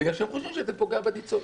בגלל שהם חושבים שזה פוגע בניצולים.